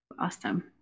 Awesome